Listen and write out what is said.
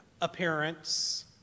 appearance